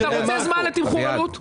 אתה רוצה זמן לתמחור עלות?